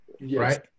Right